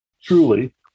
Truly